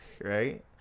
right